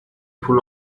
pull